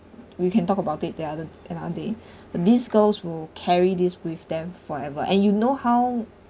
we can talk about it the other another day these girls will carry this with them forever and you know how